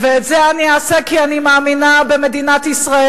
ואת זה אני אעשה כי אני מאמינה במדינת ישראל,